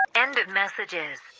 and of messages